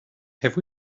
have